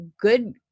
good –